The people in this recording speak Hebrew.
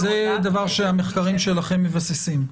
וזה דבר שהמחקרים שלכם מבסיסים?